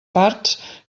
parts